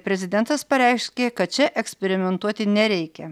prezidentas pareiškė kad čia eksperimentuoti nereikia